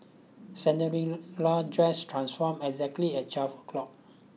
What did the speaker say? Cinderella dress transformed exactly at twelve o'clock